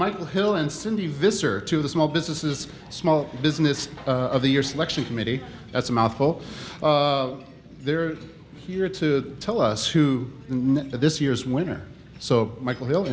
michael hill and cindy visser to the small businesses small business of the year selection committee that's a mouthful they're here to tell us who this year's winner so michael